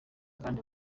kandi